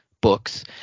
books